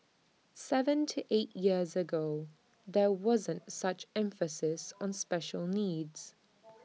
Seven to eight years ago there wasn't such emphasis on special needs